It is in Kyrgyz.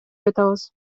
жатабыз